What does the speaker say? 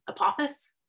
Apophis